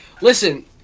Listen